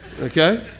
Okay